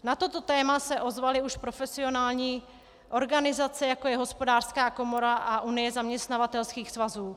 Na toto téma se ozvaly už profesionální organizace, jako je Hospodářská komora a Unie zaměstnavatelských svazů.